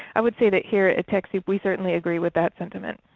i would say that here at techsoup we certainly agree with that sentiment.